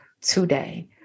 today